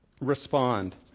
respond